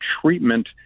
treatment